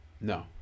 No